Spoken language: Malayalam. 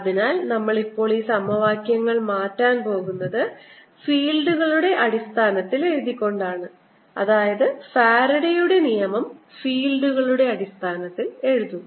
അതിനാൽ നമ്മൾ ഇപ്പോൾ ഈ സമവാക്യങ്ങൾ മാറ്റാൻ പോകുന്നത് ഫീൽഡുകളുടെ അടിസ്ഥാനത്തിൽ എഴുതിക്കൊണ്ടാണ് അതായത് ഫാരഡെയുടെ നിയമം ഫീൽഡുകളുടെ അടിസ്ഥാനത്തിൽ എഴുതുന്നു